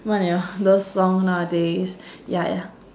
those song nowadays ya ya